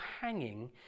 hanging